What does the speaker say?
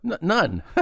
None